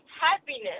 happiness